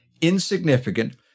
insignificant